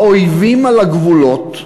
האויבים על הגבולות,